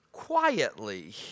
quietly